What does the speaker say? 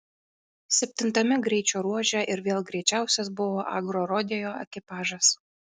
septintame greičio ruože ir vėl greičiausias buvo agrorodeo ekipažas